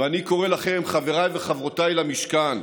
ואני קורא לכם חבריי וחברותיי למשכן: